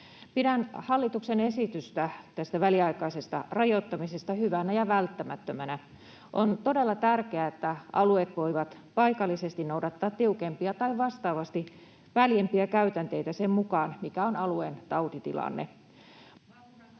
Pidän hallituksen esitystä tästä väliaikaisesta rajoittamisesta hyvänä ja välttämättömänä. On todella tärkeää, että alueet voivat paikallisesti noudattaa tiukempia tai vastaavasti väljempiä käytänteitä sen mukaan, mikä on alueen tautitilanne.